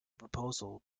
proposal